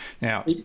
Now